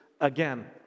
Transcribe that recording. again